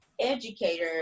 educator